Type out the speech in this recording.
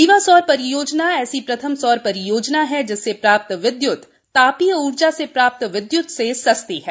रीवा सौर परियोजना ऐसी प्रथम सौर परियोजना है जिससे प्राप्त विद्य्त तापीय ऊर्जा से प्राप्त विद्य्त से सस्ती है